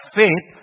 faith